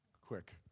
Quick